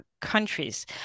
countries